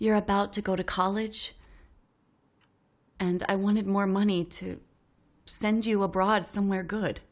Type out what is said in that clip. you're about to go to college and i wanted more money to send you a broad somewhere good